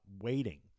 waiting